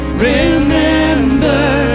Remember